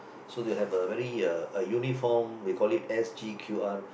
so they have a very uh a uniform we call it S_G_Q_R